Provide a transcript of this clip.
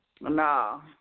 No